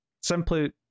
Simply